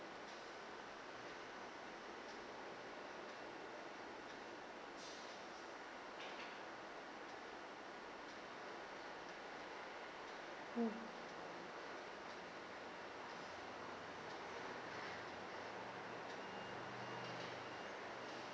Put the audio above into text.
mm